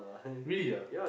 really ah